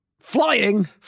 Flying